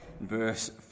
verse